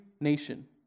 nation